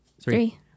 three